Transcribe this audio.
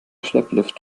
schlepplift